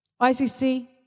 ICC